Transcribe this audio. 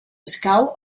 escau